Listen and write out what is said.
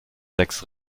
sechs